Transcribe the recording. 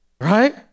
Right